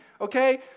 Okay